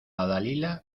dalila